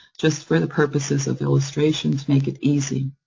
just for the purposes of illustration, to make it easy.